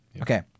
Okay